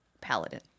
paladin